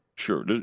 Sure